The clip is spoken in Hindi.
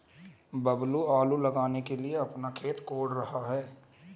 बबलू आलू लगाने के लिए अपना खेत कोड़ रहा है